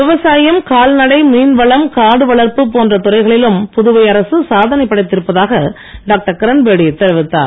விவசாயம் கால்நடை மீன்வளம் காடு வளர்ப்பு போன்ற துறைகளிலும் புதுவை அரசு சாதனை படைத்திருப்பதாக டாக்டர் கிரண்பேடி தெரிவித்தார்